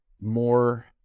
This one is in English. more